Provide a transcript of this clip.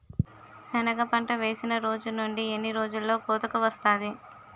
సెనగ పంట వేసిన రోజు నుండి ఎన్ని రోజుల్లో కోతకు వస్తాది?